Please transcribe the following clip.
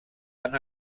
han